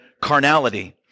carnality